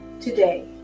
today